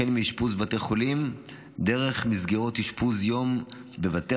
החל מאשפוז בבתי חולים דרך מסגרות אשפוז יום בבתי